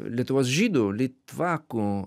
lietuvos žydų litvakų